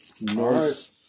Nice